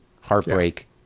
heartbreak